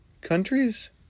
Countries